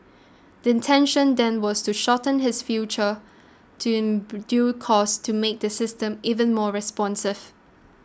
intention then was to shorten his further to in due course to make the system even more responsive